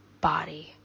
body